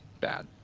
bad